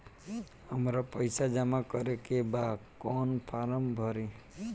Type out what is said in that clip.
हमरा पइसा जमा करेके बा कवन फारम भरी?